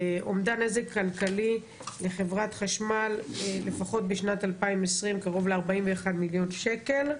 אומדן נזק כלכלי לחברת חשמל לפחות בשנת 2020 קרוב ל־41 מליון שקל.